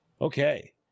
Okay